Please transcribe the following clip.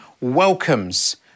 welcomes